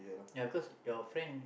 ya because your friend